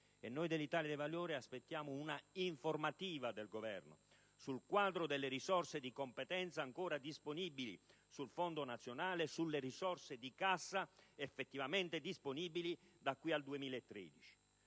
e noi dell'Italia dei Valori aspettiamo un'informativa del Governo sul quadro delle risorse di competenza ancora disponibili, sul Fondo nazionale e sulle risorse di casa effettivamente disponibili da qui al 2013.